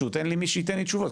אין לי מי שייתן לי תשובות.